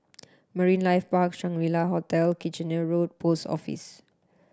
Marine Life Park Shangri La Hotel Kitchener Road Post Office